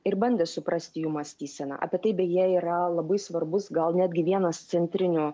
ir bandė suprasti jų mąstyseną apie tai beje yra labai svarbus gal netgi vienas centrinių